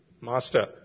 master